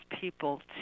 people